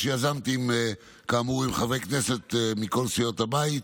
שיזמתי כאמור עם חברי הכנסת מכל סיעות הבית,